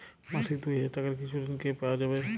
মাসিক দুই হাজার টাকার কিছু ঋণ কি পাওয়া যাবে?